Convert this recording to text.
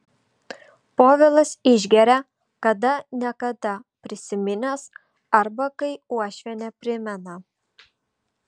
povilas išgeria kada ne kada prisiminęs arba kai uošvienė primena